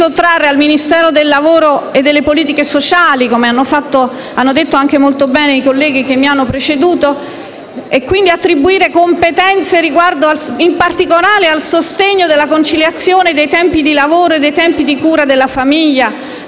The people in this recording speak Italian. sottrarre al Ministero del lavoro e delle politiche sociali - come hanno detto anche molto bene i colleghi che mi hanno preceduta - e competenze riguardo, in particolare, al sostegno della conciliazione dei tempi di lavoro e di cura della famiglia